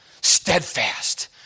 Steadfast